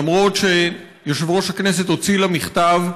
למרות שיושב-ראש הכנסת הוציא לה מכתב,